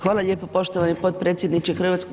Hvala lijepo poštovani potpredsjedniče HS.